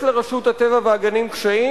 יש לרשות הטבע והגנים קשיים?